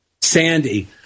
Sandy